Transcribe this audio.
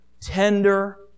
tender